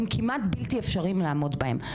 הם כמעט בלתי אפשריים לעמוד בהם.